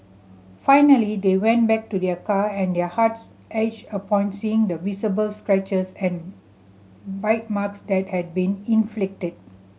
finally they went back to their car and their hearts ached upon seeing the visible scratches and bite marks that had been inflicted